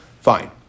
Fine